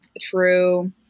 True